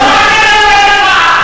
אגבאריה,